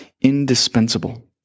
indispensable